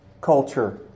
culture